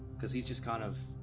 because he's just kind of.